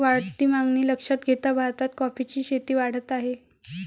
वाढती मागणी लक्षात घेता भारतात कॉफीची शेती वाढत आहे